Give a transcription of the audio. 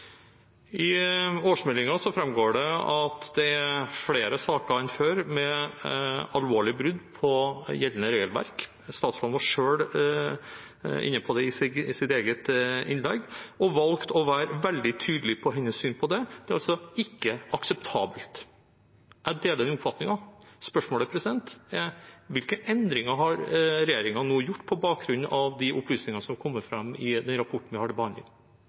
det at det er flere saker enn før med alvorlige brudd på gjeldende regelverk. Statsråden var selv inne på det i sitt innlegg, og hun valgte å være veldig tydelig i sitt syn på det: Det er ikke akseptabelt. Jeg deler den oppfatningen. Spørsmålet er: Hvilke endringer har regjeringen nå gjort på bakgrunn av de opplysningene som kommer fram i den rapporten